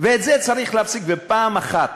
את זה צריך להפסיק, פעם אחת.